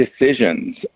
decisions